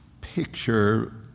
picture